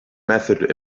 method